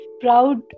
proud